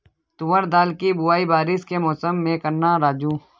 तुवर दाल की बुआई बारिश के मौसम में करना राजू